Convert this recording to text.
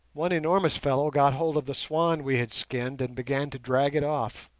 one enormous fellow got hold of the swan we had skinned and began to drag it off.